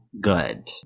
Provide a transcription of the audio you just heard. good